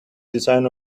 design